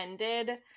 ended